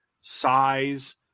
size